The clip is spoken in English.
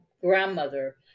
grandmother